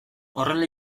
horrela